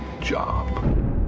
job